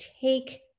take